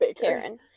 Karen